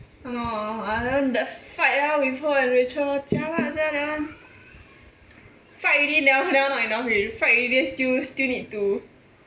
!hannor! ah that fight ah with her and rachel jialat sia that one fight already that one that one not enough fight already then still still need to